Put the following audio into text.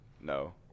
no